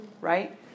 right